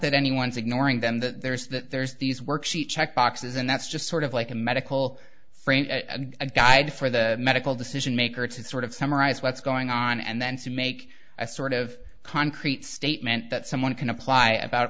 that anyone is ignoring them that there is that there's these worksheet check boxes and that's just sort of like a medical friend a guide for the medical decision maker to sort of summarize what's going on and then to make a sort of concrete statement that someone can apply about